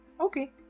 Okay